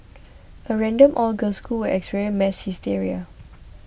a random all girls school experience mass hysteria